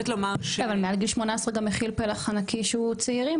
אבל מעל גיל 18 גם מכיל פלח ענקי שהוא צעירים,